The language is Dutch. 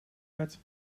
werd